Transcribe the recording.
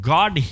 God